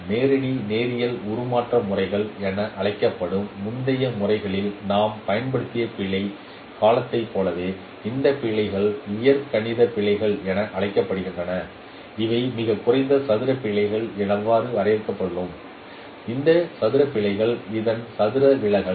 நேரடி நேரியல் உருமாற்ற முறைகள் என அழைக்கப்படும் முந்தைய முறைகளில் நாம் பயன்படுத்திய பிழை காலத்தைப் போலவே அந்த பிழைகள் இயற்கணித பிழைகள் என அழைக்கப்படுகின்றன அவை மிகக் குறைந்த சதுர பிழைகள் எவ்வாறு வரையறுத்துள்ளோம் அந்த சதுர பிழைகள் அதன் சதுரம் விலகல்கள்